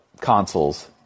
consoles